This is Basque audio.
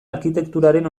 arkitekturaren